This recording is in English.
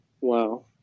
Wow